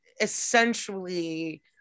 essentially